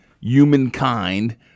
humankind